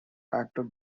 actor